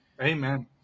Amen